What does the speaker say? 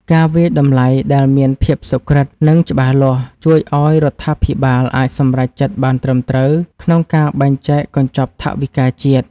ការវាយតម្លៃដែលមានភាពសុក្រឹត និងច្បាស់លាស់ ជួយឱ្យរដ្ឋាភិបាលអាចសម្រេចចិត្តបានត្រឹមត្រូវក្នុងការបែងចែកកញ្ចប់ថវិកាជាតិ។